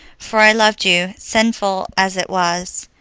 for i loved you, sinful as it was.